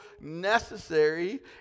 necessary